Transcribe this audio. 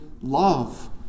love